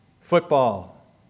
football